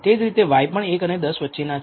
તે જ રીતે y પણ 1 અને 10 વચ્ચેના છે